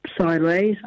sideways